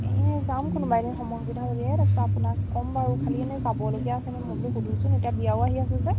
এই যাম কোনোবা এদিনাখন এনে সময় সুবিধা মিলাই তাৰপিছত আপোনাক কম বাৰু খালি এনে যাবলগীয়া আছেনে মই বোলো সোধোচোন এতিয়া বিয়াও আহি আছে যে